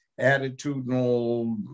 attitudinal